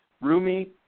Rumi